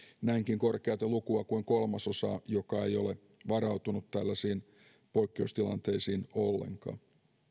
näinkin korkeata lukua kuin kolmasosa joka ei ole varautunut tällaisiin poikkeustilanteisiin ollenkaan